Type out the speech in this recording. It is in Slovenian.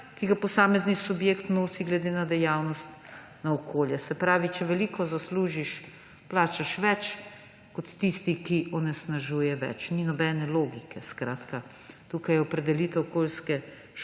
ki ga posamezni subjekt nosi glede na dejavnost, na okolje. Se pravi, če veliko zaslužiš, plačaš več kot tisti, ki onesnažuje več. Ni nobene logike. Tukaj je opredelitev okoljske škode